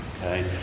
okay